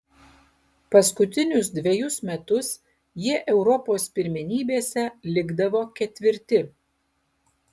paskutinius dvejus metus jie europos pirmenybėse likdavo ketvirti